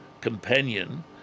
companion